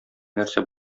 нәрсә